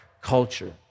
culture